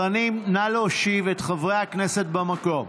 סדרנים, נא להושיב את חברי הכנסת במקום.